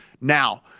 now